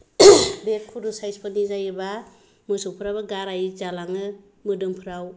बे खुरु साइसफोरनि जायोब्ला मोसौफोराबो गाराइ जालाङो मोदोमफोराव